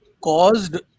caused